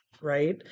right